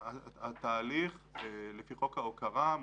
לפי חוק ההוקרה,